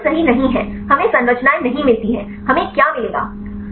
नहीं हम सही नहीं हैं हमें संरचनाएं नहीं मिलती हैं हमें क्या मिलेगा